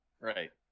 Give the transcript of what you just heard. Right